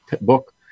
book